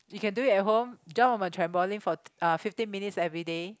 you can do it at home jump on my trampoline for uh fifteen minutes everyday